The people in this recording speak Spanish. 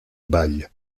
ball